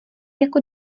jako